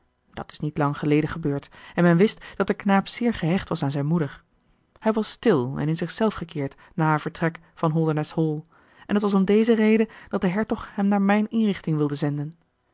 dat is niet lang geleden gebeurd en men wist dat de knaap zeer gehecht was aan zijn moeder hij was stil en in zich zelf gekeerd na haar vertrek van holdernesse hall en het was om deze reden dat de hertog hem naar mijn inrichting wilde zenden